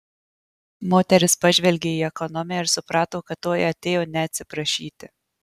moteris pažvelgė į ekonomę ir suprato kad toji atėjo ne atsiprašyti